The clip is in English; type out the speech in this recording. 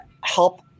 help